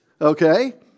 okay